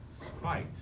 spite